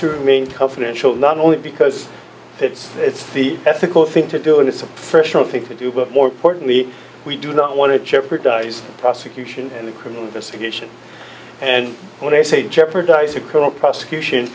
through mean confidential not only because it's it's the ethical thing to do and it's a professional thing to do but more importantly we do not want to jeopardize prosecution in the criminal investigation and when i say jeopardize a corrupt prosecution